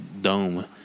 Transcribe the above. dome